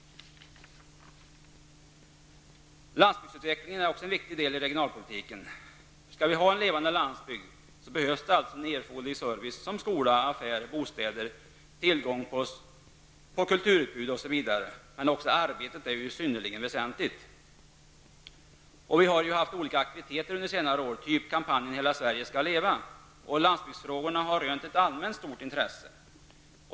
Landsbygdsutvecklingen är en viktig del av regionalpolitiken. För att vi skall kunna ha en levande landsbygd behövs det erforderlig service, som skola, affärer, bostäder, tillgång till kulturutbud, osv. Men tillgång till arbete är ju också synnerligen väsentligt. Vi har ju under senare år haft olika aktiviteter, såsom kampanjen Hela Sverige ska leva!, och landsbygdsfrågorna har rönt ett allmänt stort intresse.